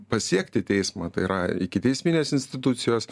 pasiekti teismą tai yra ikiteisminės institucijos